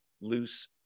loose